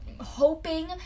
hoping